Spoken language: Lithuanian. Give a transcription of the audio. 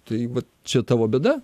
tai va čia tavo bėda